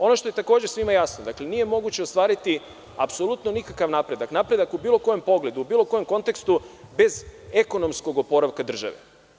Ono što je takođe svima jasno, nije moguće ostvariti apsolutno nikakav napredak, napredak u bilo kom pogledu, bilo kom kontekstu bez ekonomskog oporavka države.